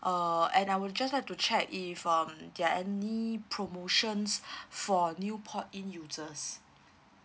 uh and I would just like to check if um there're any promotions for new port in users